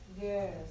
Yes